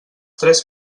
tres